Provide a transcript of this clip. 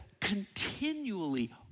continually